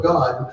God